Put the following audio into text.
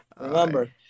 Remember